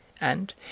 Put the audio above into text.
and